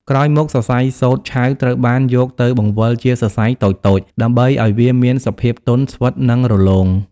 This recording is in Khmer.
ក្រោយមក សរសៃសូត្រឆៅត្រូវបានយកទៅបង្វិលជាសរសៃតូចៗ ដើម្បីឱ្យវាមានសភាពទន់ ស្វិត និងរលោង។